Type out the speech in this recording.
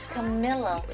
Camilla